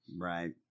right